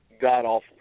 god-awful